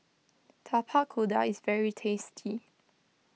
Tapak Kuda is very tasty